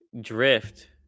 Drift